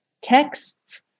texts